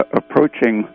approaching